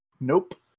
Nope